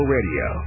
Radio